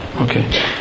Okay